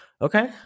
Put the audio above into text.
Okay